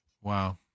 Wow